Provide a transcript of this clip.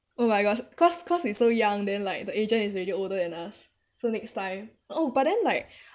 oh my gosh cause cause we so young then like the agent is already older than us so next time oh but then like